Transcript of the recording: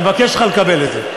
ואני מבקש לקבל את זה.